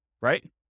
right